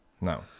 No